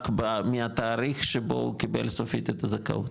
רק מהתהליך שבו הוא קיבל סופית את הזכאות?